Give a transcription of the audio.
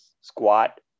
squat